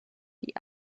die